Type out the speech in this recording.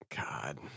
God